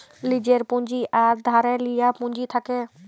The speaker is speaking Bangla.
লীজের পুঁজি আর ধারে লিয়া পুঁজি থ্যাকে